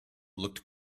looked